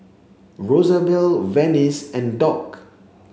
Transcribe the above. Rosabelle Venice and Dock